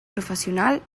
professional